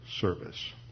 Service